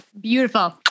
Beautiful